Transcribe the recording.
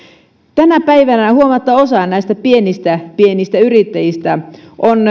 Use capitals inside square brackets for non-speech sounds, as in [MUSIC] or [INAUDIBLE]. tänä päivänä huomattava osa näistä pienistä pienistä yrittäjistä on [UNINTELLIGIBLE]